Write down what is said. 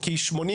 כי 80,